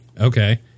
okay